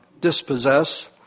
dispossess